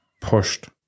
pushed